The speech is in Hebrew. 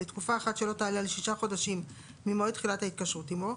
לתקופה אחת שלא תעלה על שישה חודשים ממועד תחילת ההתקשרות עמו,